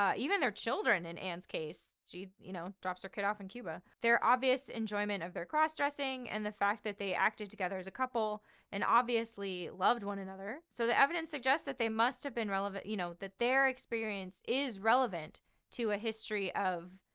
um even their children in anne's case she you know drops her kids off in cuba. their obvious enjoyment of their cross dressing and the fact that they acted together as a couple and obviously loved one another. so the evidence suggests that they must have been relevant, you know, that their experience is relevant to a history of,